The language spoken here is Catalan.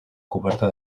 coberta